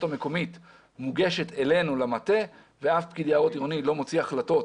המקומית מוגשות אלינו למטה וף פקיד יערות עירוני לא מוציא החלטות